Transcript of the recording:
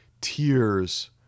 tears